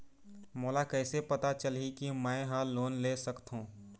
मोला कइसे पता चलही कि मैं ह लोन ले सकथों?